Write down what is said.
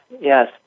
yes